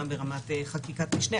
גם ברמת חקיקת משנה,